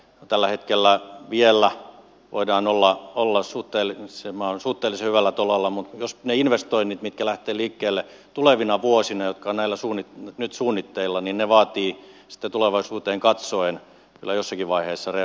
tällä hetkellä vielä voidaan olla suhteellisen hyvällä tolalla mutta jos ne investoinnit lähtevät liikkeelle tulevina vuosina jotka ovat nyt suunnitteilla niin ne vaativat sitten tulevaisuuteen katsoen kyllä jossakin vaiheessa vahvaa reagointia